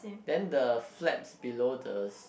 then the flaps below the